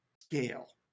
scale